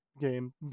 Game